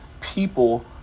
people